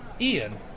Ian